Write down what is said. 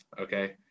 okay